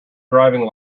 driving